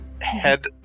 head